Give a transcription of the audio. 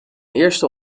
eerste